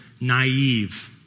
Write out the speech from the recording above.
naive